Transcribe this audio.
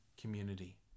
community